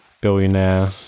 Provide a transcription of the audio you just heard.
billionaire